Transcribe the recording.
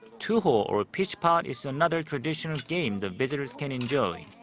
tuho or pitch-pot is another traditional game the visitors can enjoy.